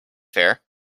fair